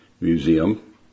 Museum